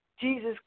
Jesus